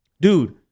Dude